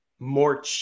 more